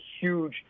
huge